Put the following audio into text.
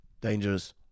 dangerous